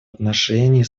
отношении